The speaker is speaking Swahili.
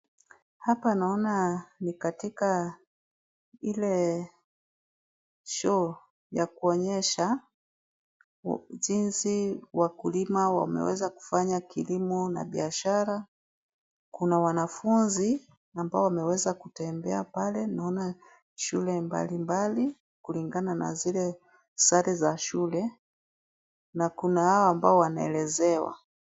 Hapa naona ni katika ile show ya kuonyesha jinsi wakulima wameweza kufanya kilimo na biashara. Kuna wanafunzi ambao wameweza kutembea pale, naona shule mbalimbali kulingana na zile sare za shule na wale ambao wanaelezewa.